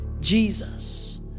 Jesus